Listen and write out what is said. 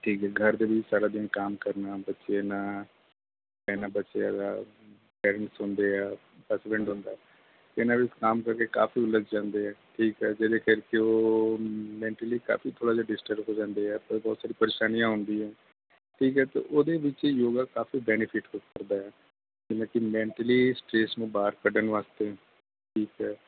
ਠੀਕ ਹੈ ਘਰ ਦੇ ਵਿੱਚ ਸਾਰਾ ਦਿਨ ਕੰਮ ਕਰਨਾ ਬੱਚਿਆਂ ਨਾਲ ਰਹਿਣਾ ਬੱਚਿਆਂ ਦਾ ਪੇਰੈਂਟਸ ਹੁੰਦੇ ਹੈ ਹਸਬੈਂਡ ਹੁੰਦਾ ਜਿਨ੍ਹਾਂ ਵਿੱਚ ਕੰਮ ਕਰਦੇ ਕਾਫੀ ਉਲਝ ਜਾਂਦੇ ਹੈ ਠੀਕ ਹੈ ਜਿਹਦੇ ਕਰਕੇ ਉਹ ਮੈਂਟਲੀ ਕਾਫ਼ੀ ਥੋੜ੍ਹਾ ਜਿਹਾ ਡਿਸਟਰਬ ਹੋ ਜਾਂਦੇ ਹੈ ਥੋੜ੍ਹੀ ਬਹੁਤ ਸਾਰੀ ਪ੍ਰੇਸ਼ਾਨੀਆਂ ਹੁੰਦੀ ਹੈ ਠੀਕ ਹੈ ਤੋ ਉਹਦੇ ਵਿੱਚ ਯੋਗਾ ਕਾਫ਼ੀ ਬੈਨੀਫਿਟ ਹੋ ਸਕਦਾ ਹੈ ਜਿਵੇਂ ਕਿ ਮੈਂਟਲੀ ਸਟਰੈਸ ਨੂੰ ਬਾਹਰ ਕੱਢਣ ਵਾਸਤੇ ਠੀਕ ਹੈ